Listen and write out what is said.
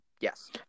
yes